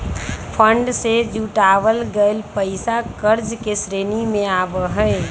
bond से जुटावल गइल पैसा कर्ज के श्रेणी में आवा हई